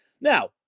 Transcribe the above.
Now